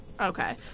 Okay